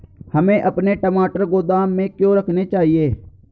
हमें अपने टमाटर गोदाम में क्यों रखने चाहिए?